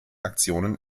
aktionen